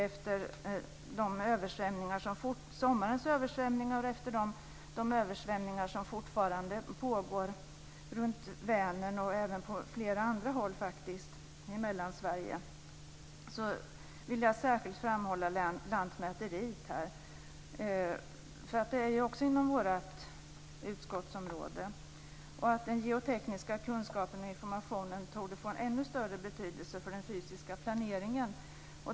Efter sommarens översvämningar och efter de översvämningar som fortfarande pågår runt Vänern och även på flera andra håll i Mellansverige vill jag särskilt framhålla lantmäteriet. Det är också inom vårt utskottsområde. Den geotekniska kunskapen och informationen torde få en ännu större betydelse för den fysiska planeringen.